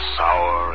sour